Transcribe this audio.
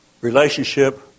relationship